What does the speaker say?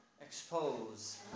Expose